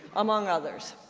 among others.